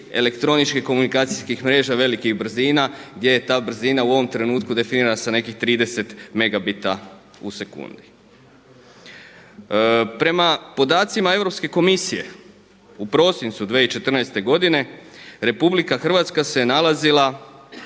elektroničkih komunikacijskih mreža velikih brzina gdje je ta brzina u ovom trenutku definirana sa nekih 30 megabita u sekundi. Prema podacima Europske komisije u prosincu 2014. godine Republika Hrvatska se nalazila